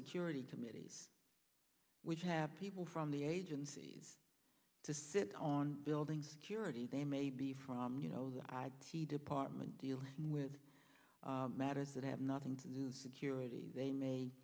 security committees which have people from the agencies to sit on building security they may be from you know the department dealing with matters that have nothing to do security they may